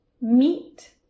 meet